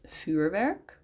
vuurwerk